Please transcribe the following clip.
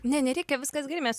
ne nereikia viskas gerai mes